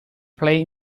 play